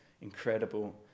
Incredible